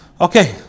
Okay